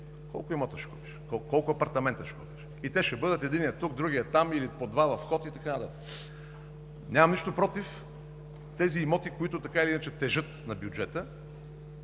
– 100 хил. евро. Колко апартамента ще купиш? И те ще бъдат единият тук, другият там или по два във вход и така нататък. Нямам нищо против тези имоти, които така или иначе тежат на бюджета